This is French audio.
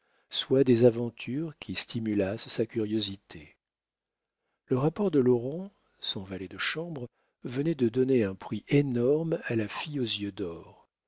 soit des aventures qui stimulassent sa curiosité le rapport de laurent son valet de chambre venait de donner un prix énorme à la fille aux yeux d'or